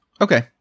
Okay